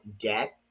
debt